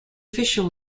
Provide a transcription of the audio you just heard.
official